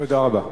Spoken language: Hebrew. תודה רבה.